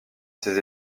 ses